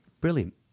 Brilliant